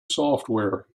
software